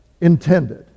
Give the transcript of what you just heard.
intended